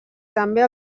també